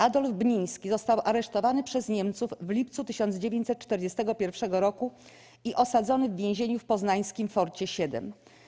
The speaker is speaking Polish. Adolf Bniński został aresztowany przez Niemców w lipcu 1941 roku i osadzony w więzieniu w poznańskim Forcie VII.